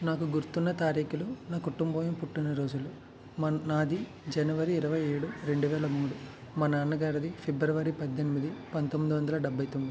నాకు గుర్తున్న తారీఖులు నా కుటుంబం పుట్టిన రోజులు మన్ నాది జనవరి ఇరవై ఏడు రెండు వేల మూడు మా నాన్నగారిది ఫిబ్రవరి పద్దెనిమిది పంతొమ్మిది వందల డెబ్భై తొమ్మిది